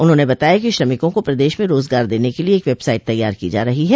उन्होंन बताया कि श्रमिकों को प्रदेश में रोजगार देने के लिए एक वेबसाइट तैयार की जा रही है